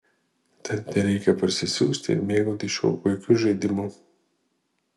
tad tereikia parsisiųsti ir mėgautis šiuo puikiu žaidimu